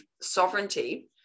sovereignty